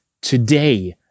today